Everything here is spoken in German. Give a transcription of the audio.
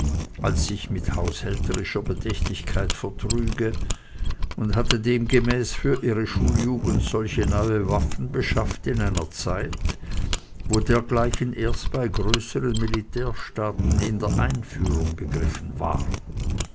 als sich mit haushälterischer bedächtigkeit vertrüge und harte demgemäß für ihre schuljugend solche neue waffen beschafft zu einer zeit wo dergleichen erst bei größeren militärstaaten in der einführung begriffen waren